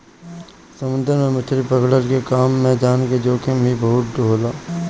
समुंदर में मछरी पकड़ला के काम में जान के जोखिम ही बहुते होला